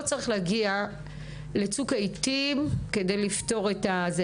צריך להגיע לצוק העיתים כדי לפתור את זה,